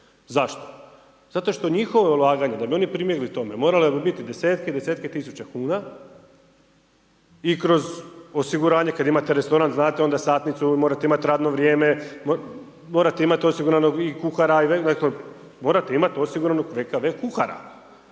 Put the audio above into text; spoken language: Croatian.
Zašto? Zato što njihova ulaganja da bi oni … morale bi biti 10-tke i 10-tke tisuća kuna i kroz osiguranje kada imate restoran znate onda satnicu, morate imati radno vrijeme, morate imati osiguranog i kuhara, morate imati osiguranog VKV kuhara.